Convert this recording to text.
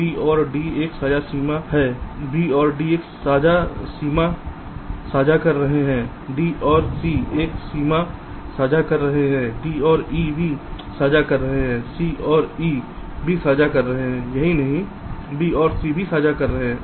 B और D एक साझा सीमा साझा कर रहे हैं D और C एक सीमा साझा कर रहे हैं D और E भी साझा कर रहे हैं और C और E भी साझा कर रहे हैं यही नहीं B और C भी साझा कर रहे हैं